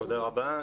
תודה רבה.